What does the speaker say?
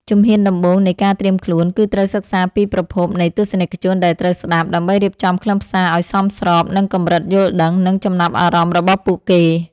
ជំហានដំបូងនៃការត្រៀមខ្លួន គឺត្រូវសិក្សាពីប្រភេទនៃទស្សនិកជនដែលត្រូវស្ដាប់ ដើម្បីរៀបចំខ្លឹមសារឱ្យសមស្របនឹងកម្រិតយល់ដឹង និងចំណាប់អារម្មណ៍របស់ពួកគេ។